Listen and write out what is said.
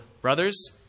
brothers